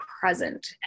present